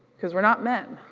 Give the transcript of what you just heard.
cause we're not men,